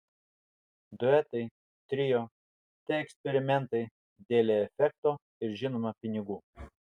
duetai trio tai eksperimentai dėlei efekto ir žinoma pinigų